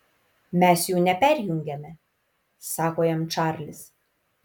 mes jų neperjungiame sako jam čarlis